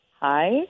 Hi